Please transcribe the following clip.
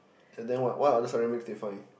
yeah then what what other ceramics they find